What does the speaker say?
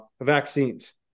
vaccines